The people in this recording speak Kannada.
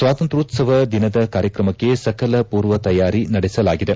ಸ್ವಾತಂತ್ರ್ಯೋತ್ಸವ ದಿನದ ಕಾರ್ಯಕ್ರಮಕ್ಷೆ ಸಕಲ ಪೂರ್ವ ತಯಾರಿ ನಡೆಸಲಾಗಿದೆ